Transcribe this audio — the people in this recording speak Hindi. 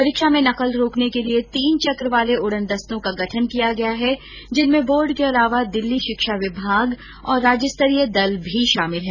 परीक्षा में नकल रोकने के लिए तीन चक्र वाले उड़न दस्तों का गठन किया गया है जिनमें बोर्ड के अलावा दिल्ली शिक्षा विभाग और राज्य स्तरीय दल भी शामिल हैं